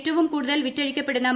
ഏറ്റവും കൂടുതൽ വിറ്റഴിക്കപ്പെടുന്ന എൻ